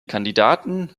kandidaten